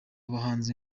bahanzi